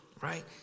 right